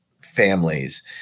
families